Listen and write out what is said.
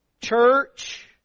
church